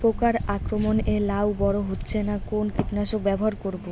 পোকার আক্রমণ এ লাউ বড় হচ্ছে না কোন কীটনাশক ব্যবহার করব?